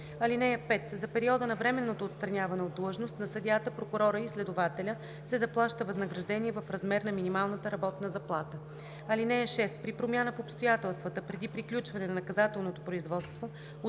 323. (5) За периода на временното отстраняване от длъжност на съдията, прокурора и следователя се заплаща възнаграждение в размер на минималната работна заплата. (6) При промяна в обстоятелствата преди приключване на наказателното производство